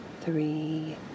three